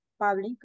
public